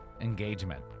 engagement